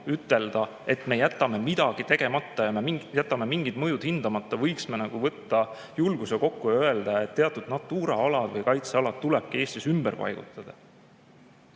ütelda, et me jätame midagi tegemata ja me jätame mingid mõjud hindamata. Me võiksime võtta julguse kokku ja öelda, et teatud Natura alad või kaitsealad tulebki Eestis ümber paigutada.